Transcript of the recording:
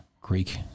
Greek